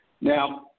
Now